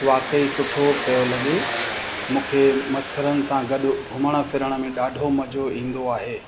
वाकई सुठो पियो लॻे मूंखे मसखरनि सां गॾु घुमण फ़िरण ॾाढो मजो ईंदो आहे